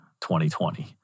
2020